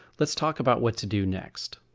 let's talk about what to do next.